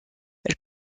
elle